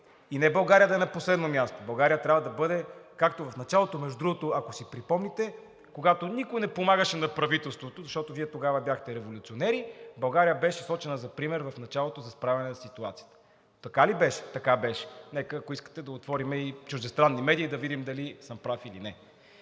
И не България да е на последно място – България трябва да бъде, както в началото, между другото, ако си припомните, когато никой не помагаше на правителството, защото Вие тогава бяхте революционери, България беше сочена за пример за справяне със ситуацията. Така ли беше? Така беше! Нека, ако искате да отворим и чуждестранни медии – да видим дали съм прав или не.